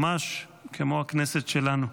ממש כמו הכנסת שלנו.